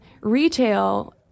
retail